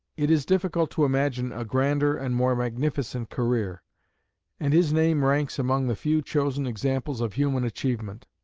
it is difficult to imagine a grander and more magnificent career and his name ranks among the few chosen examples of human achievement.